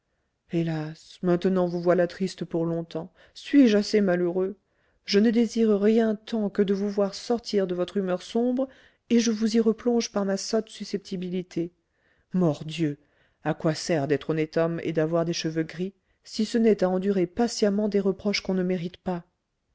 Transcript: hélas maintenant vous voilà triste pour longtemps suis-je assez malheureux je ne désire rien tant que de vous voir sortir de votre humeur sombre et je vous y replonge par ma sotte susceptibilité mordieu à quoi sert d'être honnête homme et d'avoir des cheveux gris si ce n'est à endurer patiemment mes reproches qu'on ne mérite pas